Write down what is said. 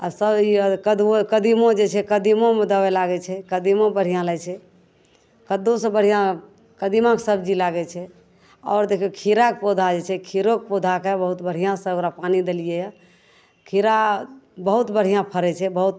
आओर सबजी आओर कदुओ कदीमो जे छै कदीमोमे दवाइ लागै छै कदीमो बढ़िआँ लागै छै कद्दूसे बढ़िआँ कदीमाके सबजी लागै छै आओर देखिऔ खीराके पौधा जे छै खीरोके पौधाके बहुत बढ़िआँसे ओकरा पानी देलिए यऽ खीरा बहुत बढ़िआँ फड़ै छै बहुत